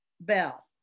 Bell